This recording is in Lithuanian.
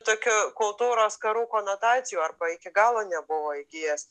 tokio kultūros karų konotacijų arba iki galo nebuvo įgijęs